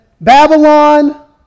Babylon